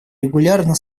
регулярно